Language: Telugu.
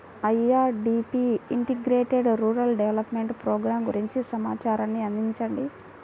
IRDP integrated rural development program గురించి సమాచారాన్ని అందించండి?